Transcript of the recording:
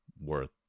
worth